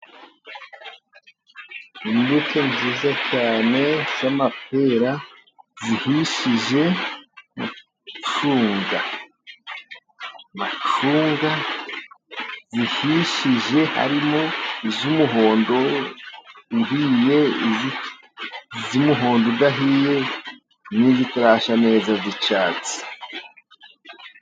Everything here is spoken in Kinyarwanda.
Imbuto nziza cyane z'amapera zihishije, amucunga, amacunga ahishije, arimo ay'umuhondo uhiye, iz'umuhondo udahiye n'andi atari yashya neza y'icyatsi.